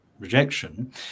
rejection